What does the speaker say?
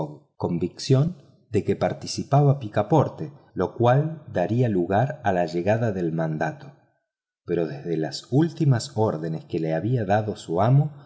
convicción de que participaba picaporte lo cual daría lugar a la llegada del mandato pero desde las últimas órdenes que le había dado su amo